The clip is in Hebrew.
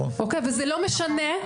וזה לא משנה,